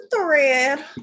thread